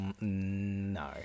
No